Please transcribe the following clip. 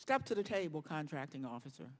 stepped to the table contracting officer